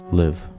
live